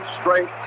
straight